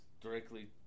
directly